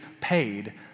paid